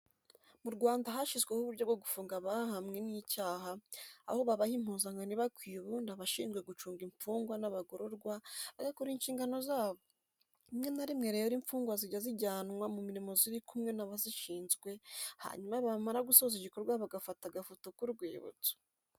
Mu Rwanda hashyizweho uburyo bwo gufunga abahamwe n'icyaha, aho babaha impuzankano ibakwiye ubundi abashinzwe gucunga imfungwa n'abagororwa bagakora inshingano zabo, rimwe na rimwe rero imfungwa zijya zijyanwa mu mirimo ziri kumwe n'abazishinzwe, hanyuma bamara gusoza igikorwa bagafata agafoto k'urwibutso.